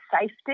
safety